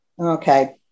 Okay